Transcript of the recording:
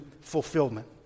fulfillment